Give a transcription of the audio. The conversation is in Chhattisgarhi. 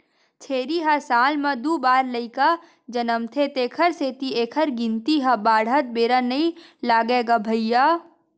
छेरी ह साल म दू बार लइका जनमथे तेखर सेती एखर गिनती ह बाड़हत बेरा नइ लागय गा भइया